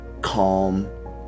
calm